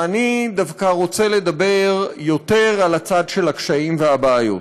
ואני דווקא רוצה לדבר יותר על הצד של הקשיים והבעיות,